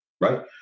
right